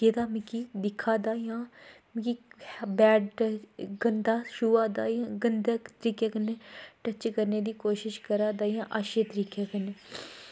केह्ड़ा मिगी दिक्खा दा जां मिगी बैड गंदे तरीकै कन्नै टच्च करने दी कोशश करा दा जां अच्छै तरीकै कन्नै